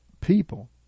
people